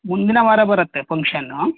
ಮುಂದಿನ ವಾರ ಬರುತ್ತೆ ಫಂಕ್ಷನ್ನು